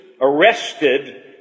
arrested